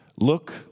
look